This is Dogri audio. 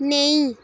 नेईं